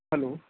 hello